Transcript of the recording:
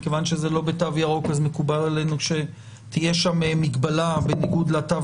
מכיוון שזה לא בתו ירוק אז מקובל עלינו שתהיה שם מגבלה בניגוד לתו